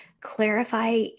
clarify